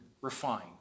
refined